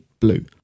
blue